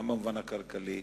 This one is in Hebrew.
גם במובן הכלכלי,